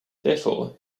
therefore